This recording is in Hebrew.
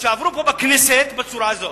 שעברו פה בכנסת בצורה הזו,